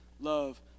love